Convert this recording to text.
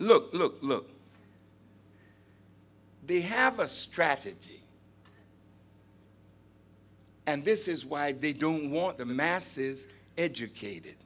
look look look they have a strategy and this is why they don't want the masses educated